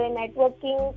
networking